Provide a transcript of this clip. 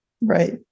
right